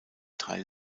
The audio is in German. teil